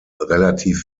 relativ